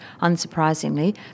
unsurprisingly